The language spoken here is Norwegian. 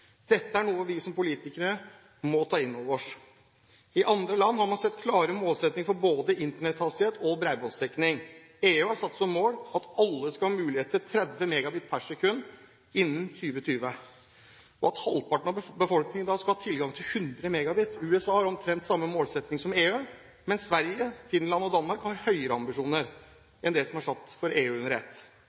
Dette er noe vi som politikere må ta inn over oss. I andre land har men satt seg klare målsettinger for både internetthastighet og bredbåndsdekning. EU har satt som mål at alle skal ha mulighet til 30 MB/s innen 2020, og at halvparten av befolkningen da skal ha tilgang til 100 MB. USA har omtrent samme målsetting som EU, mens Sverige, Finland og Danmark har høyere ambisjoner enn det som er satt for EU under ett.